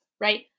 Right